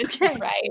right